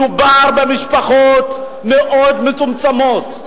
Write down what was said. מדובר במשפחות מאוד מצומצמות.